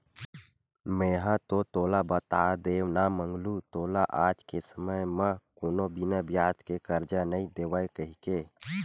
मेंहा तो तोला बता देव ना मंगलू तोला आज के समे म कोनो बिना बियाज के करजा नइ देवय कहिके